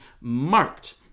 marked